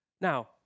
Now